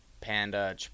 Panda